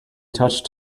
touched